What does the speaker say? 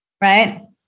right